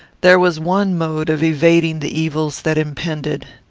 there was one mode of evading the evils that impended.